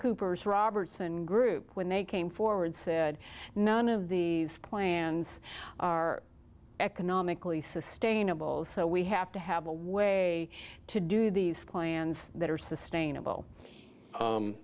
coopers robertson group when they came forward said none of these plans are economically sustainable so we have to have a way to do these plans that are sustainable